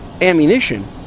ammunition